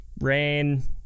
rain